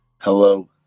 Hello